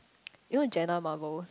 you know Jenna-Marbles